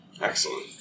excellent